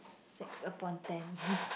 six upon ten